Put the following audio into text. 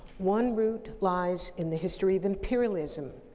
one root lies in the history of imperialism,